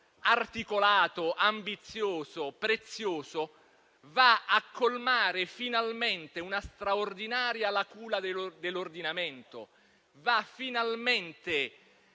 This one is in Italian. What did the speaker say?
articolato, ambizioso e prezioso va a colmare finalmente una straordinaria lacuna dell'ordinamento, va finalmente